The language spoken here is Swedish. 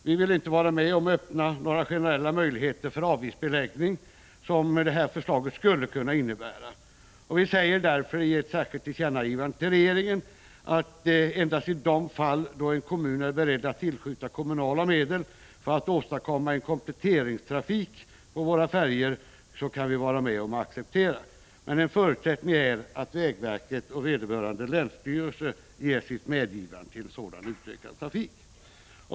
Vi vill inte vara med om att öppna några generella möjligheter till avgiftsbeläggning, som detta förslag skulle kunna innebära, och vi säger därför i ett särskilt tillkännagivande till regeringen att endast i de fall en kommun är beredd att tillskjuta medel för att åstadkomma kompletteringstrafik på våra färjor kan vi acceptera denna tanke. En förutsättning är att vägverket och vederbörande länsstyrelse ger sitt medgivande till en sådan utökad trafik.